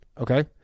okay